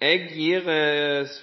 Jeg gir